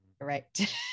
right